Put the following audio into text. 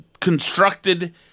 constructed